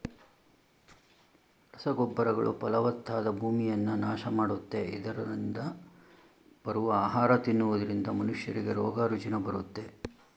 ರಸಗೊಬ್ಬರಗಳು ಫಲವತ್ತಾದ ಭೂಮಿಯನ್ನ ನಾಶ ಮಾಡುತ್ತೆ, ಇದರರಿಂದ ಬರುವ ಆಹಾರ ತಿನ್ನುವುದರಿಂದ ಮನುಷ್ಯರಿಗೆ ರೋಗ ರುಜಿನ ಬರುತ್ತೆ